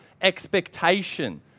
expectation